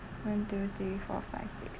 one two three four five six